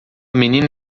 menina